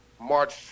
March